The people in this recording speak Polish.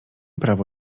prawo